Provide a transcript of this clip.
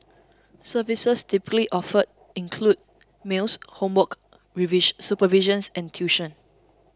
services typically offered include meals homework supervision and tuition